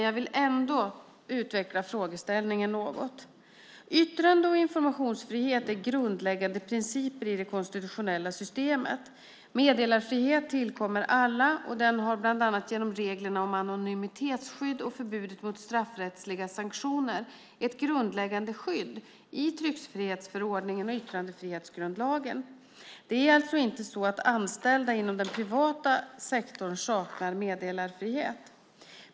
Jag vill ändå utveckla frågeställningen något. Yttrande och informationsfrihet är grundläggande principer i det konstitutionella systemet. Meddelarfrihet tillkommer alla, och den har bland annat genom reglerna om anonymitetsskydd och förbudet mot straffrättsliga sanktioner ett grundläggande skydd i tryckfrihetsförordningen och yttrandefrihetsgrundlagen. Det är alltså inte så att anställda inom den privata sektorn saknar meddelarfrihet.